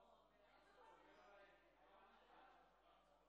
הודעה למזכירת הכנסת,